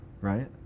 Right